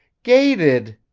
gated?